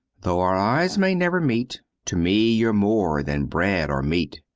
though our eyes may never meet, to me you're more than bread or meat,